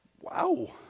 Wow